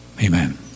Amen